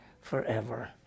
forever